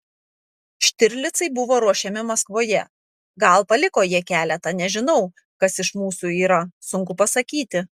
štirlicai buvo ruošiami maskvoje gal paliko jie keletą nežinau kas iš mūsų yra sunku pasakyti